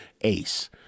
Ace